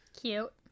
Cute